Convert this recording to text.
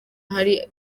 hari